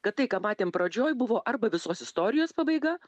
kad tai ką matėm pradžioj buvo arba visos istorijos pabaiga